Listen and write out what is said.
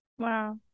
Wow